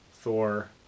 Thor